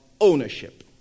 ownership